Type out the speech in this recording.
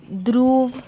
ध्रूव